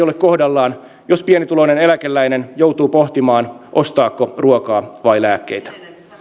ole kohdallaan jos pienituloinen eläkeläinen joutuu pohtimaan ostaako ruokaa vai lääkkeitä